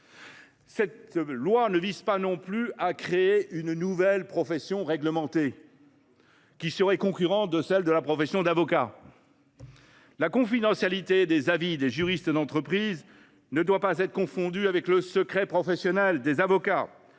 Ce texte ne crée pas non plus une nouvelle profession réglementée, qui concurrencerait la profession d’avocat. La confidentialité des avis des juristes d’entreprise ne doit pas être confondue avec le secret professionnel des avocats,